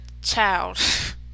child